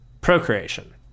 procreation